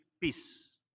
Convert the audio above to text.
peace